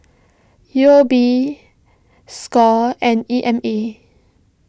U O B Score and E M A